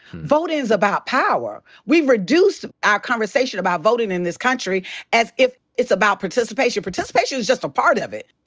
votin' is about power. we reduced our conversation about voting in this country as if it's about participation. participation is just a part of it.